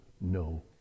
no